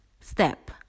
step